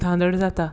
धांदळ जाता